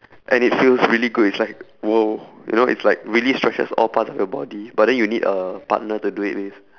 and it feels really good it's like !whoa! you know it's like really stretches all parts of your body but then you need a partner to do it with